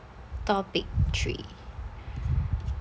topic three